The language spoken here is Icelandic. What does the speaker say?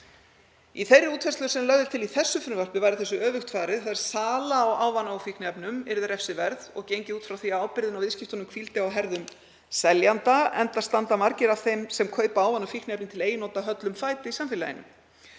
Í þeirri útfærslu sem lögð er til í þessu frumvarpi væri þessu öfugt farið, þ.e. sala á ávana- og fíkniefnum yrði refsiverð og gengið út frá því að ábyrgðin á viðskiptunum hvíldi á herðum seljanda, enda standa margir af þeim sem kaupa ávana- og fíkniefni til eigin nota höllum fæti í samfélaginu.